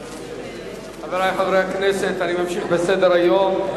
חברי חברי הכנסת, אני ממשיך בסדר-היום.